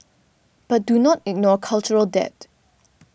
but do not ignore cultural debt